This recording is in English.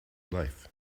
life